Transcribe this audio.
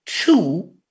Two